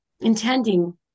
intending